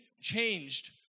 changed